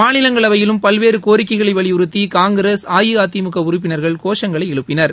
மாநிலங்களவையிலும் பல்வேறுகோரிக்கைகளைவலியுறுத்திகாங்கிரஸ்அஇஅதிமுகஉறப்பினர்கள் கோஷங்களைஎழுப்பினர்